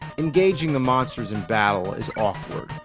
engaging the monsters in battle is awkward.